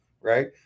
right